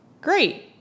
great